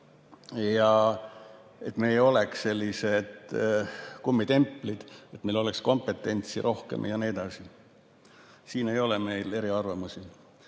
et me ei oleks sellised kummitemplid, et meil oleks kompetentsi rohkem jne. Siin ei ole meil eriarvamusi.